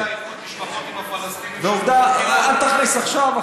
איחוד משפחות עם הפלסטינים, אל תכניס עכשיו.